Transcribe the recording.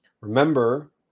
Remember